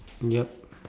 yup